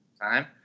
time